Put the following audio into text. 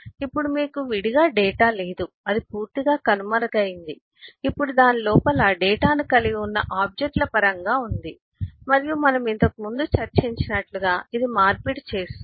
ఇప్పుడు మీకు విడిగా డేటా లేదు అది పూర్తిగా కనుమరుగైంది ఇప్పుడు దాని లోపల డేటాను కలిగి ఉన్న ఆబ్జెక్ట్ ల పరంగా ఉంది మరియు మనము ఇంతకుముందు చర్చించినట్లుగా ఇది మార్పిడి చేస్తుంది